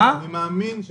מאמין